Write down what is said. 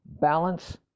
balance